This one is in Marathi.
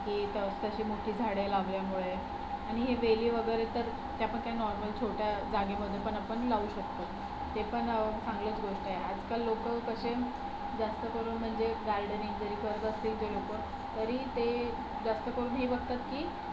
की तशी मोठी झाडे लावल्यामुळे आणि हे वेली वगैरे तर त्या पण काय नॉर्मल छोट्या जागेमध्ये पण आपण लावू शकतो ते पण चांगलंच गोष्ट आहे आजकाल लोकं कसे जास्त करून म्हणजे गार्डनिंग जरी करत असतील ते लोकं तरी ते जास्त करून हे बघतात की